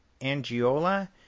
angiola